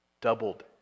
doubled